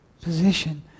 position